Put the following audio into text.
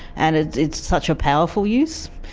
and it's it's such a powerful use.